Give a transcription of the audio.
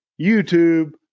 YouTube